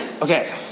Okay